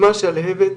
שמה שלהבת,